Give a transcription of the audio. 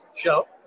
show